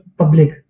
public